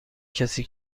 کسی